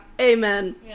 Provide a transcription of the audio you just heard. amen